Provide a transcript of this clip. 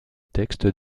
textes